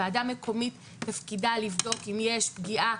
ועדה מקומית תפקידה לבדוק אם יש פגיעה